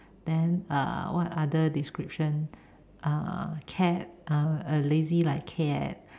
then uh what other description uh cat uh lazy like cat